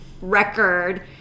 record